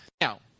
Now